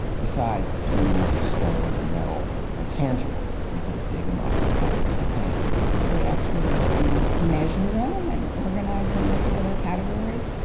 besides, tools of stone and metal are tangible you can dig them up and hold them in your hands. they actually can measure them and organize them into little categories,